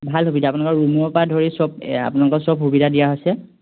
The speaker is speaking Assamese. ভাল সুবিধা আপোনালোকৰ ৰুমৰ পৰা ধৰি সব আপোনালোকৰ সব সুবিধা দিয়া হৈছে